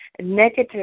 negative